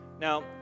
Now